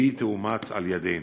והיא תאומץ על-ידינו.